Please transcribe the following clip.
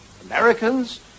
Americans